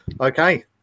Okay